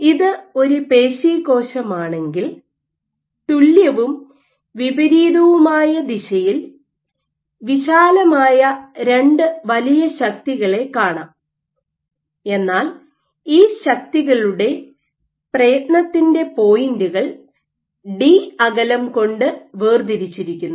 ഇത് ഒരു പേശി കോശമാണെങ്കിൽ തുല്യവും വിപരീതവുമായ ദിശയിൽ വിശാലമായ രണ്ട് വലിയ ശക്തികളെ കാണാം എന്നാൽ ഈ ശക്തികളുടെ പ്രയത്നത്തിന്റെ പോയിന്റുകൾ ഡി അകലം കൊണ്ട് വേർതിരിച്ചിരിക്കുന്നു